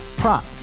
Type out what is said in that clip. prop